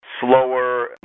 slower